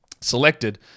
selected